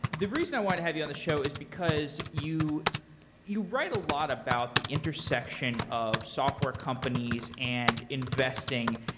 the reason i want to have you on the show is because you you write a lot about the intersection of software companies and investing,